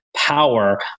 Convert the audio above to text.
power